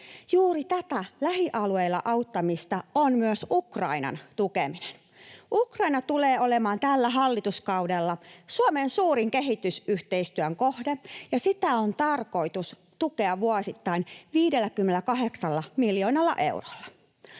Juuri tätä lähialueella auttamista on myös Ukrainan tukeminen. Ukraina tulee olemaan tällä hallituskaudella Suomen suurin kehitysyhteistyön kohde, ja sitä on tarkoitus tukea vuosittain 58 miljoonalla eurolla.